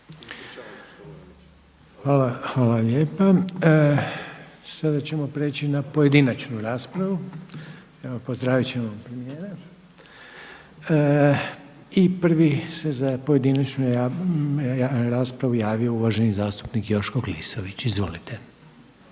(HDZ)** Hvala lijepa. Sada ćemo prijeći na pojedinačnu raspravu. Evo pozdravit ćemo premijera. I prvi se za pojedinačnu raspravu javio uvaženi zastupnik Joško Klisović. Izvolite.